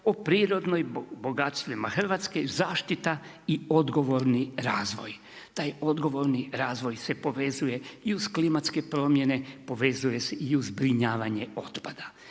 o prirodnim bogatstvima Hrvatske i zaštita i odgovorni razvoj. Taj odgovorni razvoj se povezuje i uz klimatske primjene, povezuje se i uz zbrinjavanje otpada.